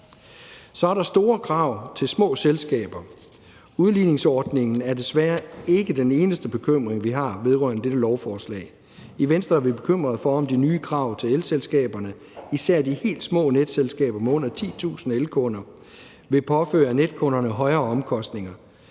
Så er der store krav til små selskaber. Udligningsordningen er desværre ikke den eneste bekymring, vi har vedrørende dette lovforslag. I Venstre er vi bekymrede for, at de nye krav til elselskaberne, især de helt små netselskaber med under 10.000 elkunder, vil påføre netkunderne højere omkostninger.